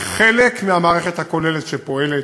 היא חלק מהמערכת הכוללת שפועלת.